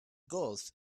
golf